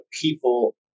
people